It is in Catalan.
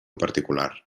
particular